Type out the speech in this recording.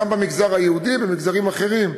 וגם במגזר היהודי ובמגזרים אחרים: